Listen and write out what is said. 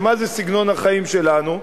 ומה זה סגנון החיים שלנו?